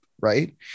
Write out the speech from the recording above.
Right